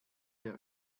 der